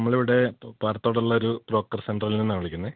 നമ്മൾ ഇവിടെ പാറത്തോട് ഉള്ള ഒരു ബ്രോക്കർ സെൻറ്ററിൽ നിന്നാണ് വിളിക്കുന്നത്